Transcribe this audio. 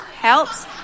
helps